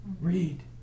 read